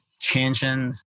changing